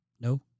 No